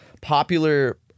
popular